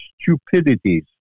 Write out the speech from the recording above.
stupidities